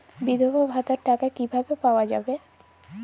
বিধবা ভাতার টাকা কিভাবে পাওয়া যাবে?